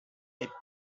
est